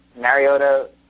Mariota